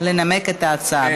לנמק את ההצעה.